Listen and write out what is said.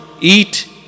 eat